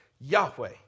Yahweh